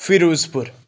Firozpur